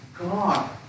God